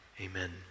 amen